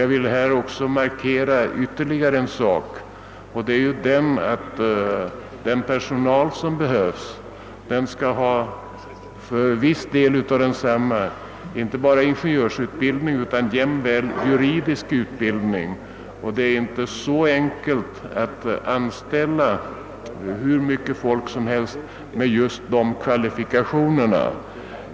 Jag vill i detta sammanhang ytterligare understryka ett förhållande, nämligen att viss del av den personal som behövs skall ha inte bara ingenjörsutbildning utan jämväl juridisk utbildning. Det är inte så enkelt att få tag i så mycket folk som man behöver med just dessa kvalifikationer.